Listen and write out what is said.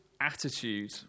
attitude